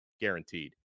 guaranteed